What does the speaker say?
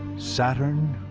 saturn,